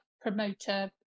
promoter